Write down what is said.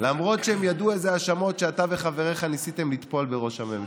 למרות שהם ידעו אילו האשמות אתה וחבריך ניסיתם לטפול על ראש הממשלה.